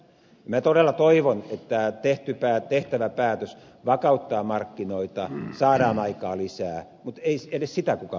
minä todella toivon että tehtävä päätös vakauttaa markkinoita saadaan aikaa lisää mutta ei edes sitä kukaan pysty takaamaan